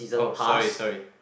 oh sorry sorry